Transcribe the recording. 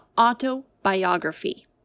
autobiography